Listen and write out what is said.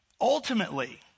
Ultimately